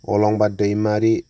अलंबार दैमारि